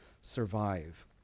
survive